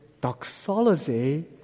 doxology